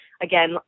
Again